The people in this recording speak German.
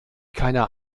keiner